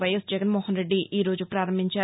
YS Jaganmohan Reddy ఈరోజు పారంభించారు